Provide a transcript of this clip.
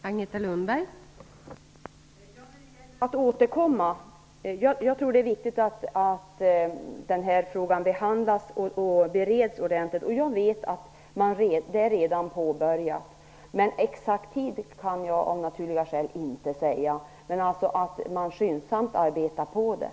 Fru talman! Jag tror att det är viktigt att denna fråga behandlas och bereds ordentligt. Jag vet att det redan är påbörjat. Den exakta tidpunkten kan jag av naturliga skäl inte säga något om, men man arbetar skyndsamt på det.